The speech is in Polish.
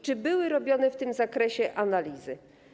Czy były robione w tym zakresie analizy?